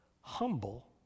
Humble